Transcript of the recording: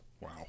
Wow